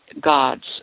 God's